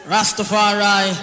Rastafari